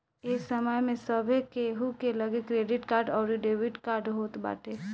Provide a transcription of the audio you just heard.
ए समय में सभे केहू के लगे क्रेडिट कार्ड अउरी डेबिट कार्ड होत बाटे